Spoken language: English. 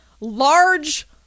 large